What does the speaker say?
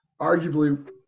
arguably